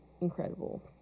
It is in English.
incredible